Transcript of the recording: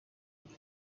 bwe